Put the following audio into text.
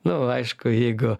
nu aišku jeigu